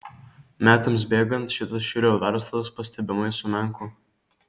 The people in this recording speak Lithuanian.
metams bėgant šitas šiurio verslas pastebimai sumenko